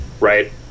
right